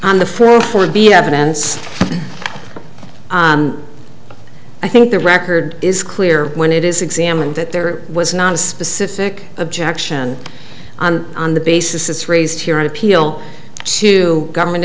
on the floor for be evidence i think the record is clear when it is examined that there was not a specific objection on the basis raised here an appeal to government